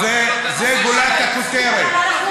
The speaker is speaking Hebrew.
זה גולת הכותרת של הדיון.